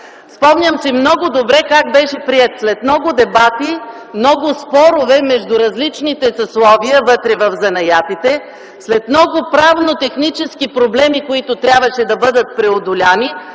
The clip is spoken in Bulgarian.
Спомням си много добре как беше приет – след много дебати, много спорове между различните съсловия вътре в занаятите, след много правно-технически проблеми, които трябваше да бъдат преодолени.